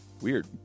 weird